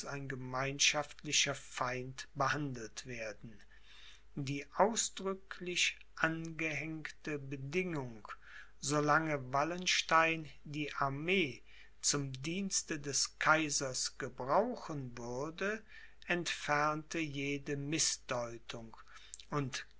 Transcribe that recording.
ein gemeinschaftlicher feind behandelt werden die ausdrücklich angehängte bedingung so lange wallenstein die armee zum dienste des kaisers gebrauchen würde entfernte jede mißdeutung und